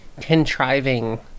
contriving